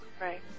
Right